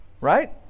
Right